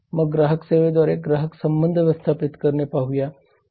मग ग्राहक सेवेद्वारे ग्राहक संबंध व्यवस्थापित करणे पाहूया